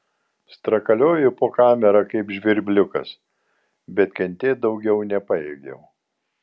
strakalioju po kamerą kaip žvirbliukas bet kentėt daugiau nepajėgiau